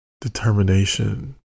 determination